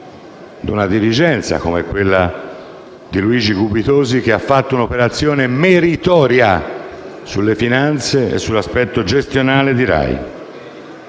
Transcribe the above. di una dirigenza come quella di Luigi Gubitosi, che ha fatto un'operazione meritoria sulle finanze e sull'aspetto gestionale della